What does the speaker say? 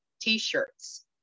t-shirts